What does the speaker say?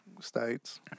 states